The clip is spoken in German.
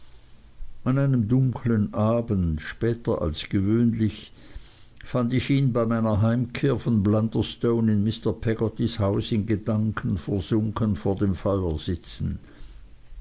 an einem dunklen abend später als gewöhnlich fand ich ihn bei meiner heimkehr von blunderstone in mr peggottys haus in gedanken versunken vor dem feuer sitzen